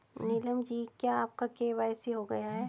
नीलम जी क्या आपका के.वाई.सी हो गया है?